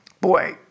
boy